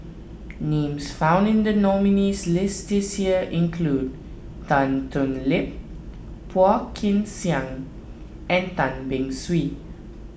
names found in the nominees' list this year include Tan Thoon Lip Phua Kin Siang and Tan Beng Swee